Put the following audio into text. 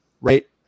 right